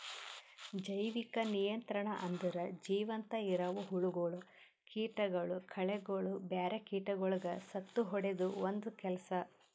ಜೈವಿಕ ನಿಯಂತ್ರಣ ಅಂದುರ್ ಜೀವಂತ ಇರವು ಹುಳಗೊಳ್, ಕೀಟಗೊಳ್, ಕಳೆಗೊಳ್, ಬ್ಯಾರೆ ಕೀಟಗೊಳಿಗ್ ಸತ್ತುಹೊಡೆದು ಒಂದ್ ಕೆಲಸ